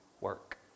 work